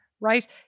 Right